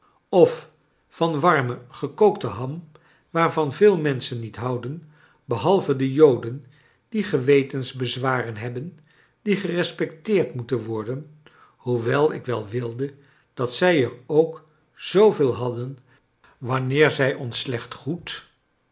of van warme gekookte ham waarvan veel menschen niet houden behalve de joden die gewetensbezwaren hebben die gerespecteerd moeten worden hoewel ik wel wilde dat zij er ook zooveel hadden wanneer zij ons slecht goed